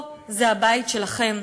פה זה הבית שלכם.